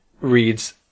reads